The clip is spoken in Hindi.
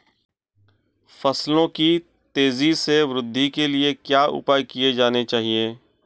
फसलों की तेज़ी से वृद्धि के लिए क्या उपाय किए जाने चाहिए?